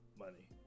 money